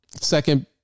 Second